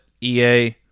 EA